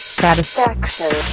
satisfaction